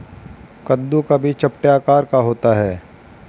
कद्दू का बीज चपटे आकार का होता है